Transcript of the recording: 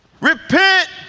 Repent